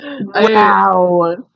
wow